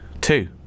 Two